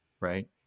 right